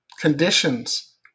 Conditions